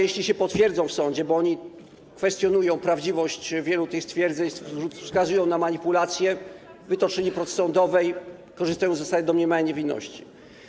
jeśli się potwierdzą w sądzie, bo oni kwestionują prawdziwość wielu tych stwierdzeń, wskazują na manipulację, wytoczyli procesy sądowe, korzystają z zasady domniemania niewinności.